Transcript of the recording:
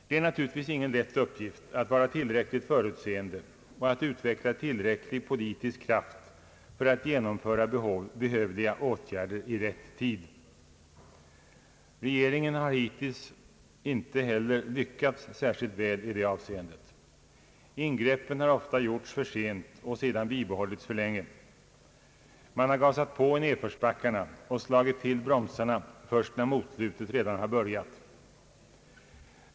Det är naturligtvis ingen lätt uppgift att vara tillräckligt förutseende och att utveckla tillräcklig politisk kraft för att genomföra behövliga åtgärder i rätt tid. Regeringen har hittills inte heller lyckats särskilt väl i det avseendet. Ingreppen har ofta gjorts för sent och sedan bibehållits för länge. Man har gasat på i nedförsbackarna och slagit till bromsarna först när motlutet redan har börjat.